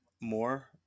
more